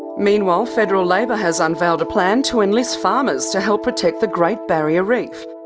meanwhile, federal labor has unveiled a plan to enlist farmers to help protect the great barrier reef.